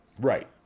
Right